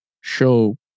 show